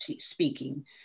speaking